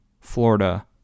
Florida